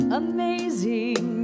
amazing